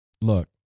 look